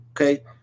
Okay